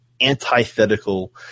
antithetical